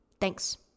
Thanks